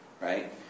Right